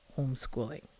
homeschooling